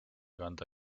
kanda